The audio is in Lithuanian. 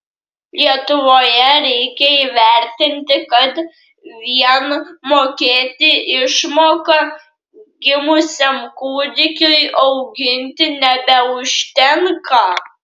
lietuvoje reikia įvertinti kad vien mokėti išmoką gimusiam kūdikiui auginti nebeužtenka